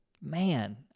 man